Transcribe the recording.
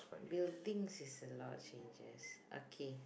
buildings is a lot of changes okay